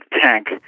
tank